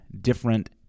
different